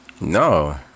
No